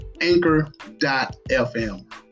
anchor.fm